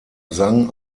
sang